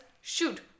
shoot